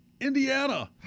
Indiana